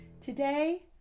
Today